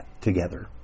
together